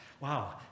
wow